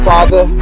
Father